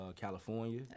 California